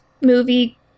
movie